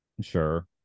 Sure